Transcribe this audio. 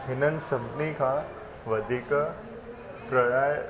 हिननि सभिनी खां वधीक प्रणाए